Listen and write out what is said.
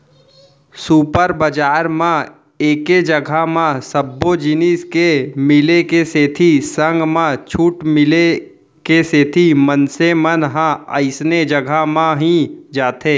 super बजार म एके जघा म सब्बो जिनिस के मिले के सेती संग म छूट मिले के सेती मनसे मन ह अइसने जघा म ही जाथे